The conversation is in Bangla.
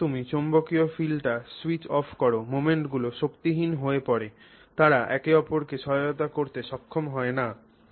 যখন তুমি চৌম্বকীয় ফিল্ডটি স্যুইচ অফ কর মোমেন্টগুলি শক্তিহীন হয়ে পড়ে তারা একে অপরকে সহায়তা করতে সক্ষম হয় না